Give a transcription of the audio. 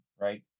right